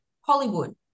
Hollywood